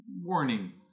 warning